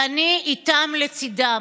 ואני איתם, לצידם.